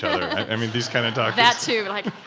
i mean these kind of doctors. that too, like,